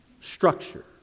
structure